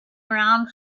around